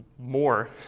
more